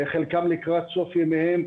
חלקם לקראת סוף ימיהם,